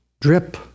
Drip